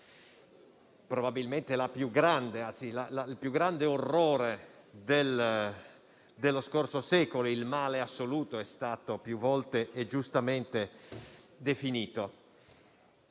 probabilmente il più grande orrore dello scorso secolo, il male assoluto, come è stato più volte e giustamente definito